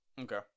Okay